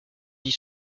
dit